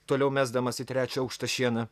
toliau mesdamas į trečią aukštą šieną